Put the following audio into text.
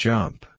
Jump